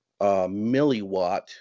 milliwatt